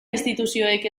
instituzioek